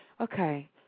okay